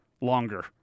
longer